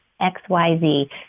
XYZ